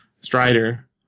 Strider